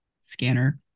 scanner